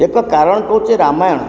ଏକ କାରଣ ହଉଛି ରାମାୟଣ